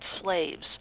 slaves